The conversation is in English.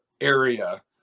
area